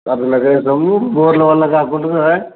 బోర్ల వల్ల కాకుంటే అయి